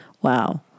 Wow